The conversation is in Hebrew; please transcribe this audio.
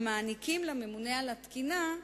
המעניקים לממונה על התקינה,